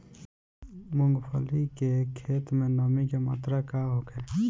मूँगफली के खेत में नमी के मात्रा का होखे?